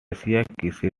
ceased